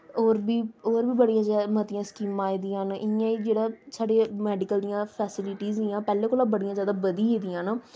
होर बी होर बी बड़ियां मतियां स्कीमां आई दियां न इ'यां गै जेह्ड़ा साढ़ियां मैडिकल दियां फैस्लीटियां हियां पैह्लें कोला बड़ियां जादा बधी गेदियां न